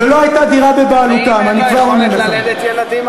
ואם אין לו יכולת ללדת ילדים?